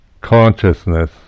consciousness